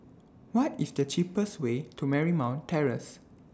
What IS The cheapest Way to Marymount Terrace